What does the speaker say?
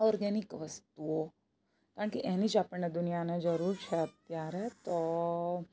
organic વસ્તુઓ કારણ કે એની જ આપણને દુનિયાને જરૂર છે અત્યારે તો